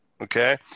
okay